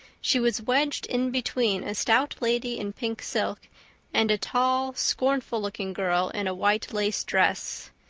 she was wedged in between a stout lady in pink silk and a tall, scornful-looking girl in a white-lace dress.